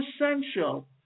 essential